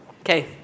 Okay